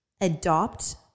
adopt